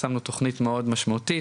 שמנו תכנית מאוד משמעותית,